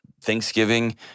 Thanksgiving